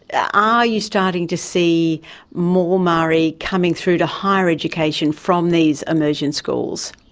are you starting to see more maori coming through to higher education from these immersion schools?